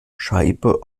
scheibe